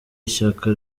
ishyaka